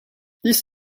this